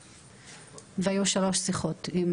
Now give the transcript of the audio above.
היו שלוש שיחות עם